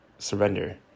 surrender